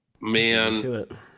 man